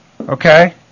Okay